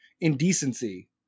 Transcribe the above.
indecency